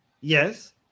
Yes